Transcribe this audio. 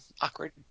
awkward